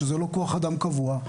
שזה לא כוח אדם קבוע,